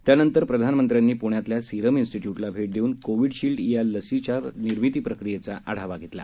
त्यानंतर प्रधानमंत्र्यांनी प्ण्यातल्या सीरम इन्स्टीट्य्टला भेट देऊन कोविशील्ड या लसीच्या निर्मिती प्रक्रियेचा आढावा घेतला